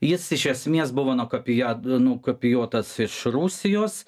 jis iš esmės buvo nukopijuot nukopijuotas iš rusijos